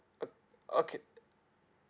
uh okay uh